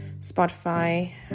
Spotify